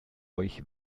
euch